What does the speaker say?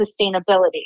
sustainability